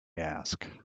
ask